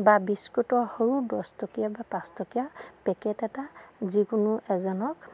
বা বিস্কুটৰ সৰু দহটকীয়া বা পাঁচটকীয়া পেকেট এটা যিকোনো এজনক